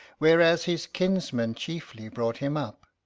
whereas his kinsmen chiefly brought him up.